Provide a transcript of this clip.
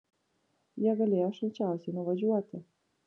jie galėjo šalčiausiai nuvažiuoti